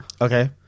Okay